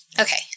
Okay